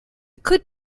could